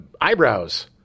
Eyebrows